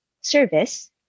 service